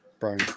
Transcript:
brian